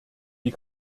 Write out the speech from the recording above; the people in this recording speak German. die